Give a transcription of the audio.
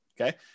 okay